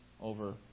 over